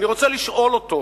אני רוצה לשאול אותו,